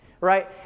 right